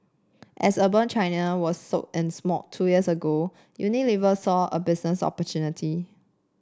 as urban China was soak in smog two years ago Unilever saw a business opportunity